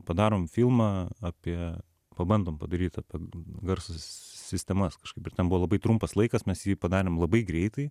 padarom filmą apie pabandom padarytą apie garso sistemas kažkaip ir tam buvo labai trumpas laikas mes jį padarėm labai greitai